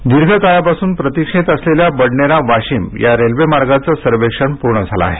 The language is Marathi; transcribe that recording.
रेल्वे दीर्घकाळापासून प्रतिक्षेत असलेल्या बडनेरा वाशिम या रेल्वे मार्गाचं सर्वेक्षण पूर्ण झालं आहे